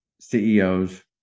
CEOs